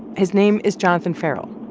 his name is jonathan ferrell